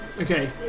Okay